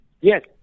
Yes